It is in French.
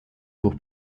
pour